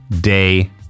day